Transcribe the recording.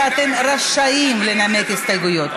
אלא אתם רשאים לנמק הסתייגויות.